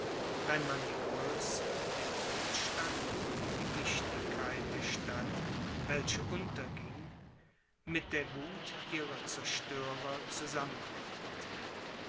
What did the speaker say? wenn man die größe den wohlstand und die wichtigkeit der stadt welche unterging mit der wuth ihrer zerstörer zusammendenkt